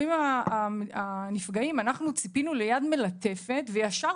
אומרים הנפגעים - אנחנו ציפינו ליד מלטפת וישר